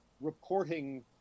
reporting